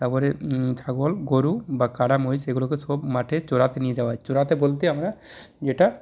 তারপরে ছাগল গরু বা কারা মহিষ এগুলোকে সব মাঠে চড়াতে নিয়ে যাওয়া হয় চড়াতে বলতে আমরা যেটা